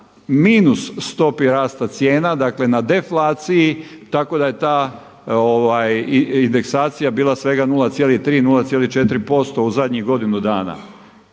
minus stopi rasta cijene, dakle na deflaciji tako da je ta indeksacija bila svega 0,3, 0,4% u zadnjih godinu dana.